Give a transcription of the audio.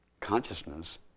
consciousness